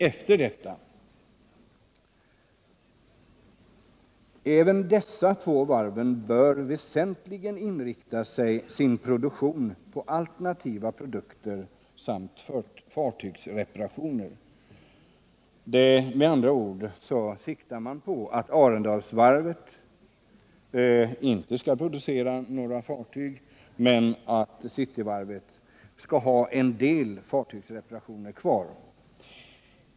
Vidare sägs: ” Även dessa två varv bör väsentligen inrikta sin produktion på alternativa produkter samt fartygsreparationer”, heter det vidare. Med andra ord siktar man på att Arendalsvarvet inte skall producera några fartyg och att Cityvarvet skall ha kvar en del fartygsreparationer.